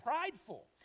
prideful